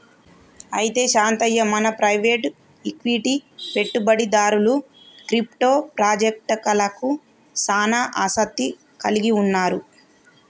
అయితే శాంతయ్య మన private equity పెట్టుబడిదారులు క్రిప్టో పాజెక్టలకు సానా ఆసత్తి కలిగి ఉన్నారు